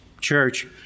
church